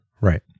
right